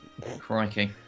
Crikey